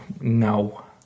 no